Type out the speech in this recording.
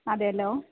അതെല്ലോ